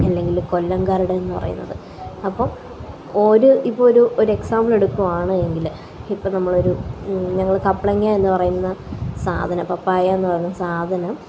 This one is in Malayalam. അല്ലെങ്കില് കൊല്ലം കാരുടെതെന്ന് പറയുന്നത് അപ്പോള് ഒരു ഇപ്പോഴൊരു എക്സാംബിള് എടുക്കുവാണ് എങ്കില് ഇപ്പോള് നമ്മളൊരു ഞങ്ങള് കപ്പളങ്ങ എന്നു പറയുന്ന സാധനം പപ്പായാന്ന് പറഞ്ഞ സാധനം